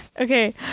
Okay